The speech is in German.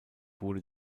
wurde